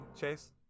Chase